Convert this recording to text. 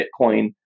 Bitcoin